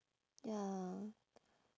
ya